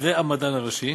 והמדען הראשי